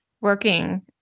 working